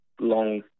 long